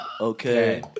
Okay